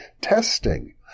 testing